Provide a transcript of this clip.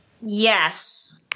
Yes